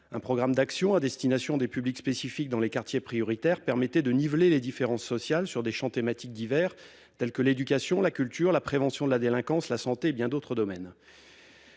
Un programme d'action à destination des publics spécifiques dans les quartiers prioritaires permettait de niveler les différences sociales sur des champs thématiques divers, tels que l'éducation, la culture, la prévention de la délinquance, la santé, et bien d'autres domaines.